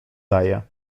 daje